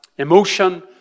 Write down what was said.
Emotion